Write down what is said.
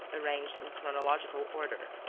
arranged in chronological order.